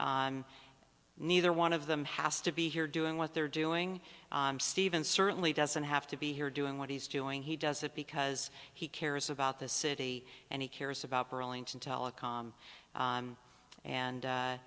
city neither one of them has to be here doing what they're doing stephen certainly doesn't have to be here doing what he's doing he does it because he cares about the city and he cares about burlington telecom and